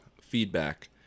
feedback